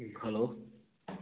hello